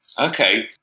Okay